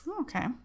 Okay